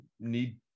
need